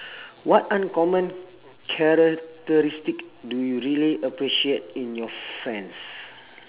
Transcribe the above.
what uncommon characteristic do you really appreciate in your friends